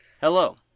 Hello